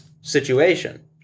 situation